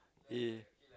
eh